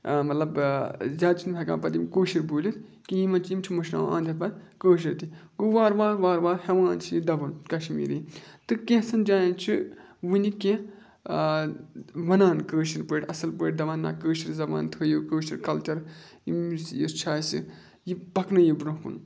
مطلب زیادٕ چھِ نہٕ ہٮ۪کان پَتہٕ یِم کٲشِر بوٗلِتھ کینٛہہ یِمَن چھِ یِم چھِ مٔشراوان اَنٛد ہٮ۪تھ پَتہٕ کٲشُر تہِ گوٚو وارٕ وارٕ وارٕ وارٕ ہٮ۪وان چھِ یہِ دَبُن کَشمیٖری تہٕ کینٛژھن جایَن چھِ وٕنہِ کینٛہہ وَنان کٲشِر پٲٹھۍ اَصٕل پٲٹھۍ دَپان نہ کٲشِر زَبان تھٲیِو کٲشُر کَلچَر یِم یُس چھُ اَسہِ یہِ پَکنٲیِو برٛونٛہہ کُن